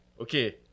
okay